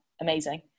Amazing